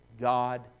God